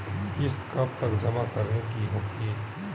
किस्त कब तक जमा करें के होखी?